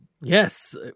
Yes